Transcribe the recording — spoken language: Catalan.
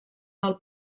del